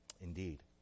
Indeed